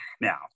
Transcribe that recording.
Now